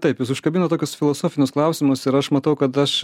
taip jūs užkabino tokius filosofinius klausimus ir aš matau kad aš